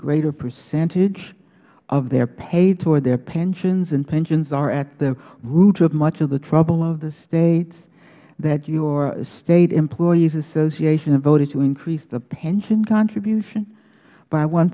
greater percentage of their pay towards their pensions and pensions are at the root of much of the trouble of the states that your state employees association voted to increase the pension contribution by one